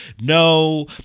no